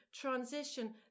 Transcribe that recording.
transition